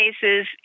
cases